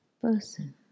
person